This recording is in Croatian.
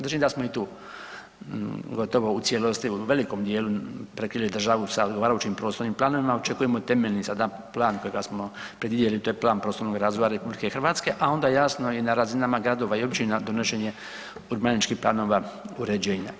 Držim da smo i tu gotovo u cijelosti, u velikom djelu prekrili državu sa odgovarajućim prostornim planovima, očekujemo temeljni sada plan kojega smo predvidjeli, to je plan prostornoga razvoja RH a onda jasno i na razinama gradova i općina donošenje urbanističkih planova uređenja.